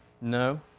No